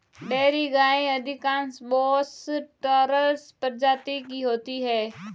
dairy गायें अधिकांश Bos taurus प्रजाति की होती हैं